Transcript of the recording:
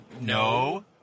no